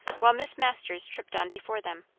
while miss masters tripped on before them.